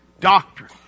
Doctrine